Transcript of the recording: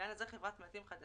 ולעניין עצמאי בעל עסק חדש,